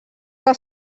que